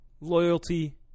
loyalty